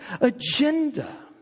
agenda